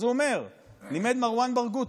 אז הוא אומר: לימד מרואן ברגותי.